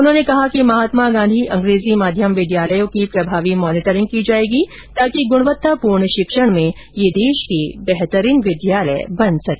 उन्होंने कहा कि महात्मा गांधी अंग्रेजी माध्यम विद्यालयों की प्रभावी मॉनिटरिंग की जाएगी ताकि गुणवत्तापूर्ण शिक्षण में यह देश के बेहतरीन विद्यालय बन सके